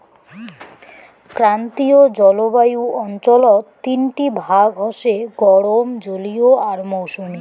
ক্রান্তীয় জলবায়ু অঞ্চলত তিনটি ভাগ হসে গরম, জলীয় আর মৌসুমী